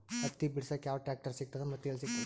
ಹತ್ತಿ ಬಿಡಸಕ್ ಯಾವ ಟ್ರಾಕ್ಟರ್ ಸಿಗತದ ಮತ್ತು ಎಲ್ಲಿ ಸಿಗತದ?